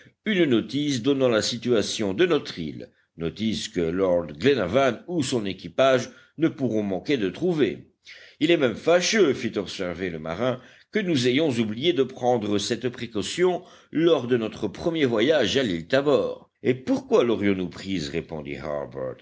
une notice donnant la situation de notre île notice que lord glenarvan ou son équipage ne pourront manquer de trouver il est même fâcheux fit observer le marin que nous ayons oublié de prendre cette précaution lors de notre premier voyage à l'île tabor et pourquoi laurions nous prise répondit